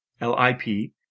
l-i-p